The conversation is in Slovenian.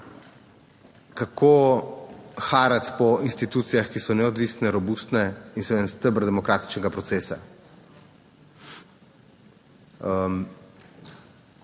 kako "harati" po institucijah, ki so neodvisne, robustne in so en steber demokratičnega procesa.